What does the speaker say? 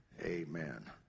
Amen